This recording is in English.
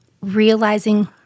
realizing—